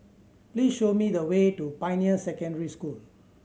please show me the way to Pioneer Secondary School